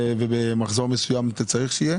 ובמחזור מסוים אתה צריך שיהיה